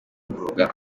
kuroga